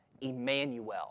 Emmanuel